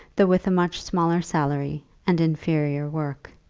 though with a much smaller salary and inferior work.